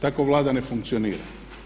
Tako Vlada ne funkcionira.